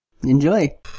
Enjoy